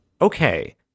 Okay